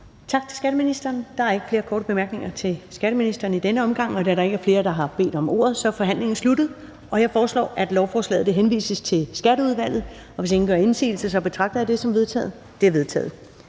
Tak til skatteministeren. Der er ikke flere korte bemærkninger til skatteministeren i denne omgang. Da der ikke er flere, der har bedt om ordet, så forhandlingen er sluttet. Jeg foreslår, at lovforslaget henvises til Skatteudvalget, og hvis ingen gør indsigelse, betragter jeg det som vedtaget. Det er vedtaget.